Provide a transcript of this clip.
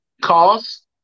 Cost